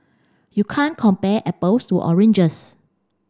you can't compare apples to oranges